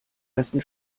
ersten